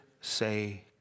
say